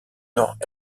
nord